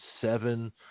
seven